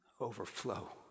overflow